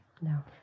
No